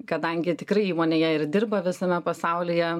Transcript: kadangi tikrai įmonėje ir dirba visame pasaulyje